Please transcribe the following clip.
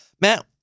Matt